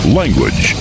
language